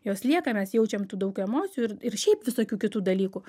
jos lieka mes jaučiam tų daug emocijų ir ir šiaip visokių kitų dalykų